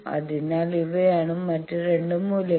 അതിനാൽ ഇവയാണ് മറ്റ് 2 മൂല്യങ്ങൾ